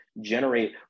generate